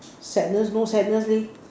sadness no sadness leh